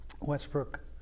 Westbrook